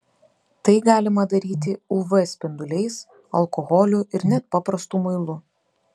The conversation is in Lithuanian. tai galima daryti uv spinduliais alkoholiu ir net paprastu muilu